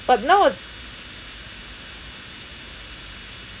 but now uh